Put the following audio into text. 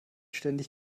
ständig